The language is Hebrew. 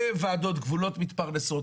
וועדות גבולות מתפרנסות,